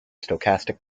stochastic